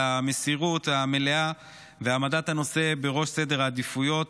על המסירות המלאה והעמדת הנושא בראש סדר העדיפויות.